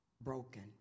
Broken